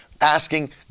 asking